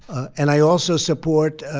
and i also support